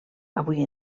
avui